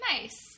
nice